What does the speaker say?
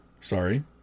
sorry